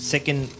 Second